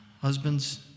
Husbands